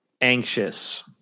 anxious